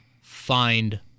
find